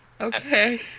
okay